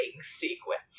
sequence